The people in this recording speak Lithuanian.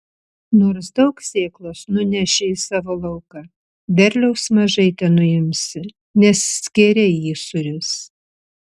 nors daug sėklos nuneši į savo lauką derliaus mažai tenuimsi nes skėriai jį suris